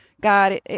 God